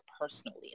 personally